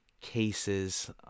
Cases